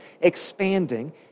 expanding